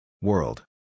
World